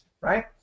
right